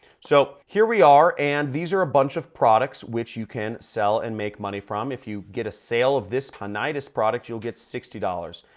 so, here we are and these are a bunch of products which you can sell and make money from. if you get a sale of this tinnitus product, you'll get sixty dollars.